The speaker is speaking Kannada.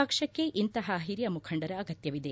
ಪಕ್ಷಕ್ಕೆ ಇಂತಹ ಹಿರಿಯ ಮುಖಂಡರ ಅಗತ್ಯವಿದೆ